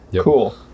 Cool